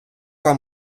вам